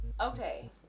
Okay